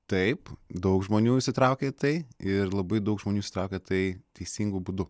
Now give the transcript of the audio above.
taip daug žmonių įsitraukia į tai ir labai daug žmonių įsitraukia į tai teisingu būdu